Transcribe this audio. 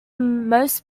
most